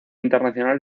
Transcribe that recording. internacional